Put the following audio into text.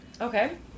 Okay